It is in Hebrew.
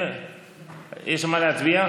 יש על מה להצביע?